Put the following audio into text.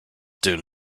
doing